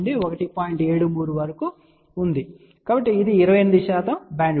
73 వరకు ఉందని చూడవచ్చుకాబట్టి ఇది 28 బ్యాండ్విడ్త్